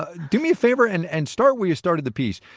ah do me a favor and and start where you started the piece.